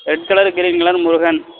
red colour green colour Murugan